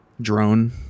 Drone